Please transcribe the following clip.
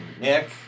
Nick